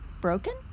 Broken